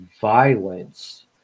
violence